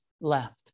left